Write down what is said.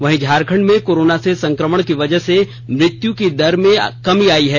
वहीं झारखंड में कोरोना से संक्रमण की वजह से मृत्युदर की दर में कमी आई है